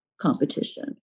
competition